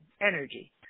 energy